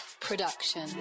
production